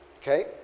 okay